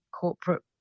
corporate